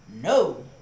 No